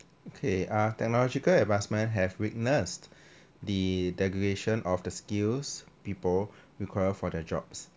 okay uh technological advancements have witnessed the degradation of the skills people require for their jobs